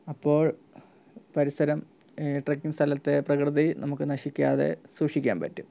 അപ്പോൾ പരിസരം ട്രക്കിങ്ങ് സ്ഥലത്തെ പ്രകൃതി നമുക്ക് നശിക്കാതെ സൂക്ഷിക്കാൻ പറ്റും